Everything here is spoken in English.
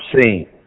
seen